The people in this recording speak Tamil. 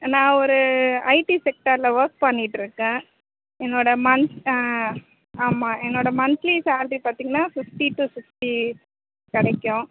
நான் ஒரு ஐடி செக்டாரில் ஒர்க் பண்ணிகிட்டிருக்கேன் என்னோடய மந்த் ஆ ஆமாம் என்னோடய மந்த்லி சேலரி பார்த்தீங்கன்னா ஃபிஃப்ட்டி டு சிக்ஸ்டி கிடைக்கும்